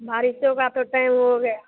बारिशो का तो टाइम हो गया